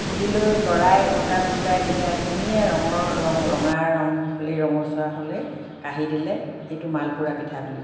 ফুলি লৈ লৰাই ওলোটাই পোলোটাই দিলে ধুনীয়া ৰঙৰ ৰং ৰঙা ৰঙ ৰঙচুৱা হলেই কাঢ়ি দিলে সেইটো মালপোৰা পিঠা বুলি কয়